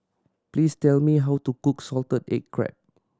please tell me how to cook salted egg crab